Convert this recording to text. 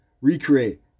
recreate